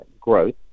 growth